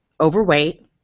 overweight